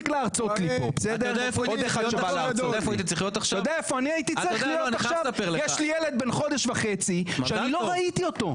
הכהן: בזכויות הדיבור יש כל מיני מגבלות,